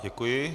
Děkuji.